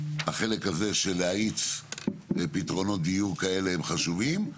שהחלק הזה של להאיץ פתרונות דיור כאלה הם חשובים,